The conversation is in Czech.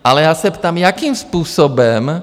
Ale já se ptám, jakým způsobem?